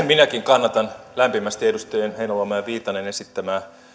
minäkin kannatan lämpimästi edustajien heinäluoma ja viitanen esittämää